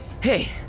Hey